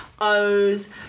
O's